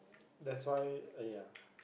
that's why uh ya